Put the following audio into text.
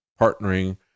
partnering